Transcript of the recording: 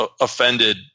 offended